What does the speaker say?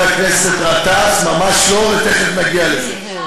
חבר הכנסת גטאס, ממש לא, ותכף נגיע לזה.